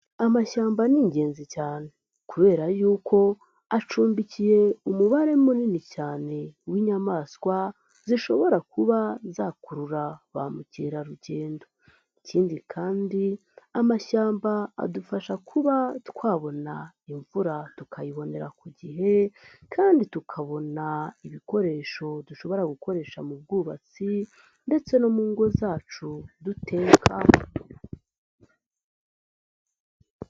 Amashyamba ni ingenzi cyane, kubera yuko acumbikiye umubare munini cyane w'inyamaswa zishobora kuba zakurura ba mukerarugendo, ikindi kandi amashyamba adufasha kuba twabona imvura tukayibonera ku gihe, kandi tukabona ibikoresho dushobora gukoresha mu bwubatsi ndetse no mu ngo zacu dutekaho.